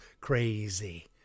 crazy